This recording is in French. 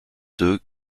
deux